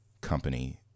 company